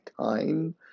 time